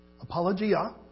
apologia